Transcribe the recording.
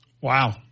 wow